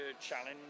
challenge